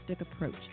approach